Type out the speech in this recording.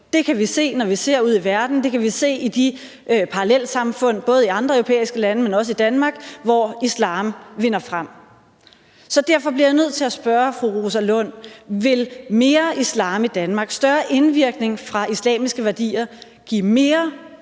Det kan vi se, når vi ser ud i verden. Det kan vi se i de parallelsamfund, hvor islam vinder frem – både i andre europæiske lande, men også i Danmark. Derfor bliver jeg nødt til at spørge fru Rosa Lund: Vil mere islam i Danmark – større indvirkning fra islamiske værdier – give mere